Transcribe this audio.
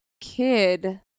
kid